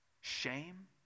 shame